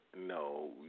No